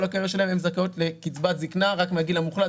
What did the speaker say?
הקריירה שלהן והן זכאיות לקצבת זקנה רק מהגיל המוחלט,